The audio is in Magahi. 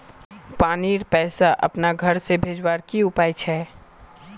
पानीर पैसा अपना घोर से भेजवार की उपाय छे?